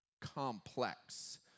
complex